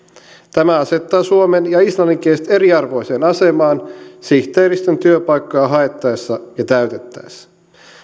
tämä asettaa suomen ja islanninkieliset eriarvoiseen asemaan sihteeristön työpaikkoja haettaessa ja täytettäessä